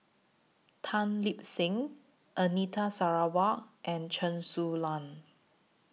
Tan Lip Seng Anita Sarawak and Chen Su Lan